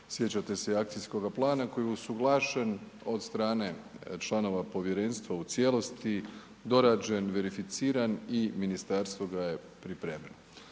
sjećate se i akcijskoga plana koji je usuglašen od strane članova povjerenstva u cijelosti, dorađen, verificiran i ministarstvo ga je pripremilo.